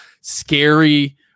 scary